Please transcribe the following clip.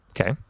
Okay